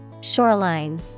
Shoreline